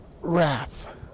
Wrath